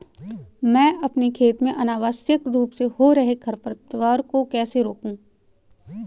मैं अपने खेत में अनावश्यक रूप से हो रहे खरपतवार को कैसे रोकूं?